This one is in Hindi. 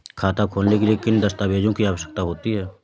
खाता खोलने के लिए किन दस्तावेजों की आवश्यकता होती है?